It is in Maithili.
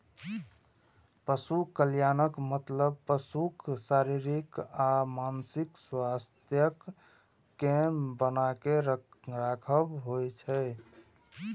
पशु कल्याणक मतलब पशुक शारीरिक आ मानसिक स्वास्थ्यक कें बनाके राखब होइ छै